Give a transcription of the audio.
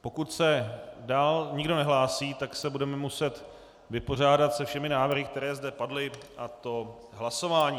Pokud se dále nikdo nehlásí, tak se budeme muset vypořádat se všemi návrhy, které zde padly, a to hlasováním.